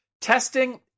testing